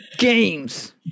games